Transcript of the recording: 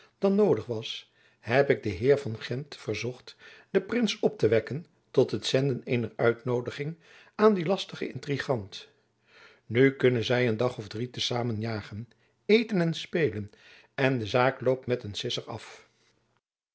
dan noodig was heb ik den heer van gendt verzocht den prins op te wekken tot het zenden eener uitnoodiging aan dien lastigen intriguant nu kunnen zy een dag of drie te samen jagen eten en spelen en de zaak loopt met een sisser af